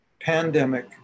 pandemic